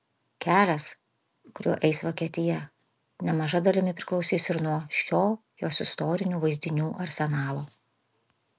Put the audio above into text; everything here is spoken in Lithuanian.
kelias kuriuo eis vokietija nemaža dalimi priklausys ir nuo šio jos istorinių vaizdinių arsenalo